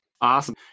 awesome